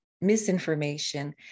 misinformation